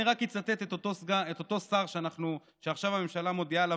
אני רק אצטט את אותו שר שעכשיו הממשלה מודיעה עליו,